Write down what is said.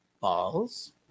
balls